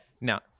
Now